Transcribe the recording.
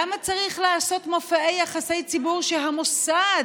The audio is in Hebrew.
למה צריך לעשות מופעי יחסי ציבור שהמוסד,